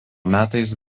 metais